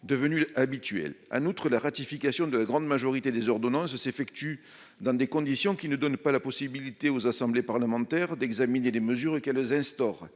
devenue habituelle à autre la ratification de la grande majorité des ordonnances s'effectue dans des conditions qui ne donne pas la possibilité aux assemblées parlementaires d'examiner les mesures qu'elles instaurent